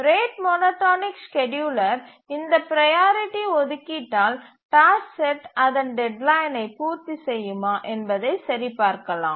rate monotonic scheduler இந்த priority ஒதுக்கீட்டால் task set அதன் டெட்லைனை பூர்த்தி செய்யுமா என்பதை சரிபார்க்கலாம்